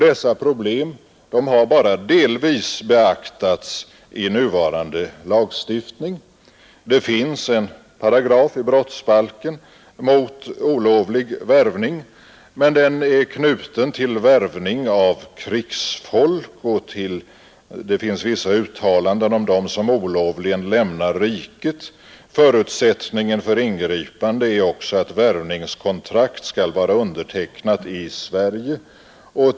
Dessa problem har bara delvis beaktats i nuvarande lagstiftning. Pet finns i brottsbalken en paragraf mot olovlig värvning, men den är knuten till värvning av krigsfolk, och det finns vissa uttalanden om dem som olovligen lämnar riket. Förutsättningen för ingripande är också att värvningskontrakt skall vara undertecknat i Sverige.